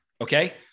okay